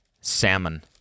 salmon